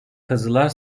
kazılar